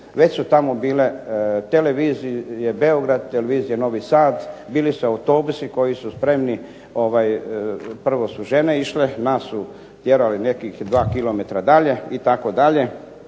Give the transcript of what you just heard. Već su tamo bile televizije Beograd, televizije Novi Sad, bili su autobusi koji su spremni, prvo su žene išle. Nas su tjerali nekih 2 kilometra dalje itd.